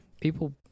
people